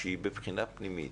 כשהיא בבחינה פנימית,